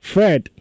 Fred